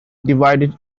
divided